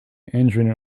injuring